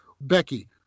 Becky